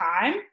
time